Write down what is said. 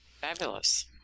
Fabulous